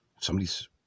Somebody's